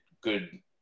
good